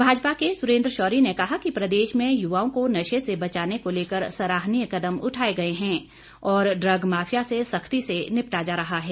भाजपा के सुरेंद्र शौरी ने कहा कि प्रदेश में युवाओं को नशे से बचाने को लेकर सराहनीय कदम उठाए गए है और ड्रग माफिया से सख्ती से निपटा जा रहा है